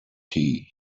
tea